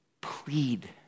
plead